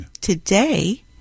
today